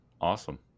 Awesome